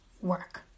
work